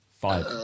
five